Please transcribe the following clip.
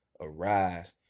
arise